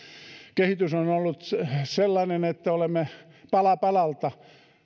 kehitys on on ollut sellainen että olemme pala palalta